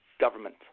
government